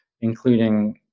including